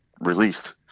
released